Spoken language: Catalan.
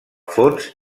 fons